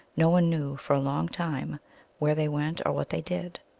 no one knew for a long time where they went or what they did.